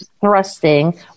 thrusting